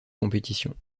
compétition